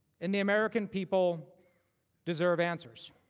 and the american people deserve answers.